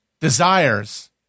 desires